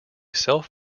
self